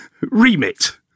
Remit